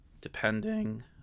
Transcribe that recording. depending